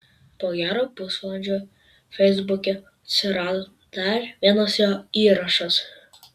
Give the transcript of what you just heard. po gero pusvalandžio feisbuke atsirado dar vienas jo įrašas